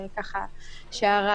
כן,